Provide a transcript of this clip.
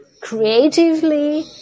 creatively